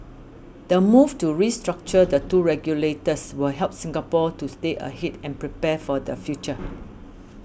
the move to restructure the two regulators will help Singapore to stay ahead and prepare for the future